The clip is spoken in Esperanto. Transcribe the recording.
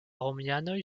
romianoj